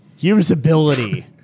Usability